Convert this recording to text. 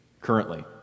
Currently